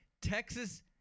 Texas